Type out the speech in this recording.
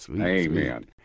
amen